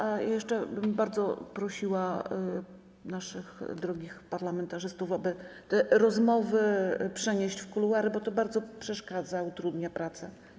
A jeszcze bym bardzo prosiła naszych drogich parlamentarzystów, aby te rozmowy przenieść w kuluary, bo to bardzo przeszkadza, utrudnia pracę.